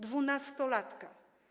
Dwunastolatka.